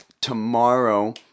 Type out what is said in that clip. tomorrow